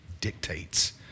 dictates